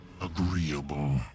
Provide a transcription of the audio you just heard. agreeable